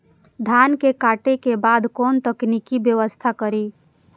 धान के काटे के बाद कोन तकनीकी व्यवस्था करी?